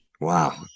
Wow